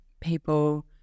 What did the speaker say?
people